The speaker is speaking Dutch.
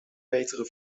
betere